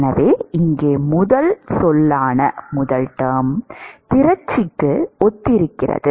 எனவே இங்கே முதல் சொல் திரட்சிக்கு ஒத்திருக்கிறது